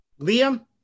Liam